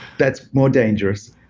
that's more dangerous.